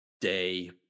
day